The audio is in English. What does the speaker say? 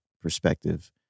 perspective